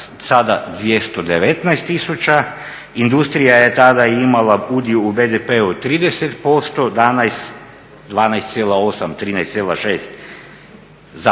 sada 219 tisuća, industrija je tada imala udio u BDP-u 30%, danas 12,8, 13,6.